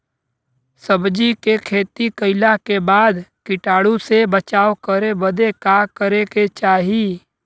सब्जी के खेती कइला के बाद कीटाणु से बचाव करे बदे का करे के चाही?